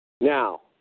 Now